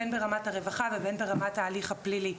בין ברמת הרווחה ובין ברמת ההליך הפלילי,